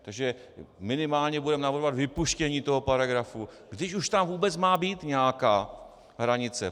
Takže minimálně budeme navrhovat vypuštění toho paragrafu, když už tam vůbec má být nějaká hranice.